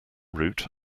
root